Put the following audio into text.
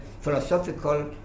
philosophical